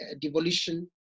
devolution